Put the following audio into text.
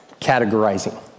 categorizing